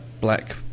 black